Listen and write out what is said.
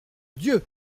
dieu